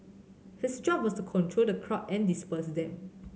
his job was to control the crowd and disperse them